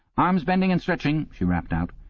arms bending and stretching she rapped out.